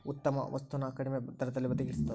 ಉತ್ತಮ ವಸ್ತು ನ ಕಡಿಮೆ ದರದಲ್ಲಿ ಒಡಗಿಸ್ತಾದ